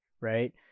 right